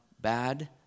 bad